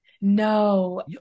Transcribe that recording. No